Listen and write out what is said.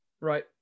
Right